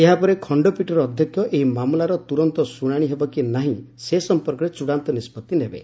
ଏହାପରେ ଖଶ୍ଚପୀଠର ଅଧ୍ୟକ୍ଷ ଏହି ମାମଲାର ତୁରନ୍ତ ଶୁଣାଣି ହେବ କି ନାହିଁ ସେ ସମ୍ପର୍କରେ ଚୂଡ଼ାନ୍ତ ନିଷ୍ପଭି ନେବେ